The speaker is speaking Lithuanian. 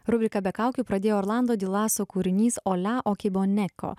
rubriką be kaukių pradėjo orlando di lasso kūrinys o la o che bon echo